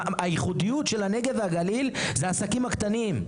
הייחודיות של הנגב והגליל היא העסקים הקטנים,